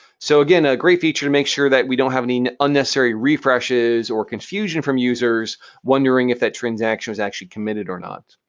so, again, a great feature to make sure that we don't have any unnecessary refreshes or confusion from users wondering if that transaction was actually committed or not.